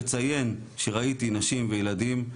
לציין שראיתי נשים וילדים,